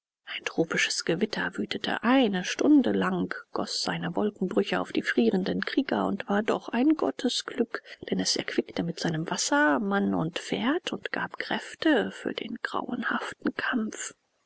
ein tropisches gewitter wütete eine stunde lang goß seine wolkenbrüche auf die frierenden krieger und war doch ein gottesglück denn es erquickte mit seinem wasser mann und pferd und gab kräfte für den grauenhaften kampf